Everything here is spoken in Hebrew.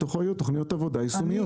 בתוכו יהיו תוכניות עבודה יישומיות.